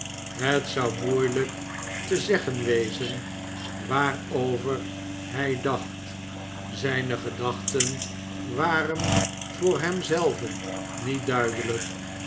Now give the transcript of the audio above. het zou moeielijk te zeggen wezen waarover hij dacht zijne gedachteh waren voor hem zelven niet duidelijk